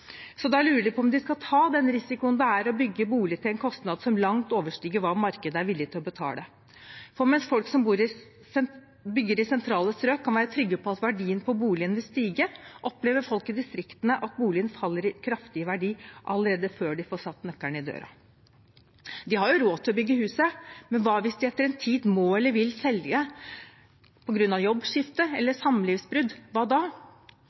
Da lurer de på om de skal ta den risikoen det er å bygge bolig til en kostnad som langt overstiger hva markedet er villig til å betale. For mens folk som bygger i sentrale strøk, kan være trygge på at verdien på boligen vil stige, opplever folk i distriktene at boligen faller kraftig i verdi allerede før de får satt nøkkelen i døra. De har jo råd til å bygge huset, men hva hvis de etter en tid må eller vil selge, på grunn av jobbskifte eller samlivsbrudd? Hva da?